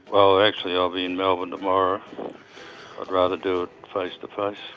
well, actually, i'll be in melbourne tomorrow. i'd rather do it face-to-face.